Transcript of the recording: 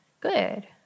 Good